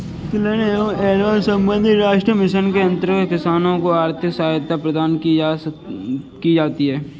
तिलहन एवं एल्बम संबंधी राष्ट्रीय मिशन के अंतर्गत किसानों को आर्थिक सहायता प्रदान की जाती है